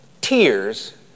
tears